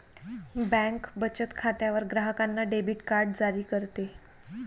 bank बचत खात्यावर ग्राहकांना डेबिट कार्ड जारी करते